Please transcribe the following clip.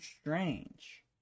Strange